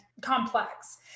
complex